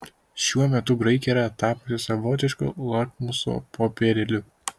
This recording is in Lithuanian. šiuo metu graikija yra tapusi savotišku lakmuso popierėliu